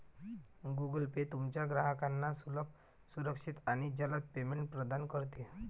Google pay तुमच्या ग्राहकांना सुलभ, सुरक्षित आणि जलद पेमेंट प्रदान करते